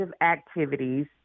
activities